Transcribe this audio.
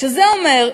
שזה אומר,